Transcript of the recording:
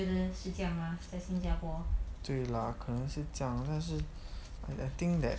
对 lah 可能是这样但是 I think that